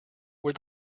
where